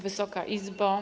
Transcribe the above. Wysoka Izbo!